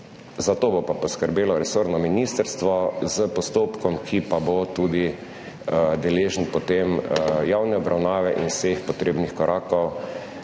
za to bo pa poskrbelo resorno ministrstvo s postopkom, ki pa bo tudi deležen potem javne obravnave in vseh potrebnih korakov,